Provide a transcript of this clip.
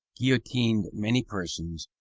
guillotined many persons,